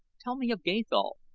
tell me of gathol,